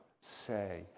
say